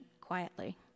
quietly